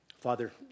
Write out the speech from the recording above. Father